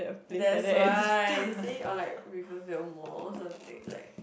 that's why see all like reserved the most one thing like